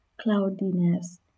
cloudiness